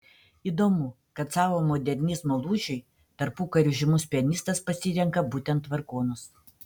įdomu kad savo modernizmo lūžiui tarpukariu žymus pianistas pasirenka būtent vargonus